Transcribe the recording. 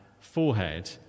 forehead